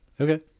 Okay